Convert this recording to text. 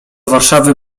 warszawy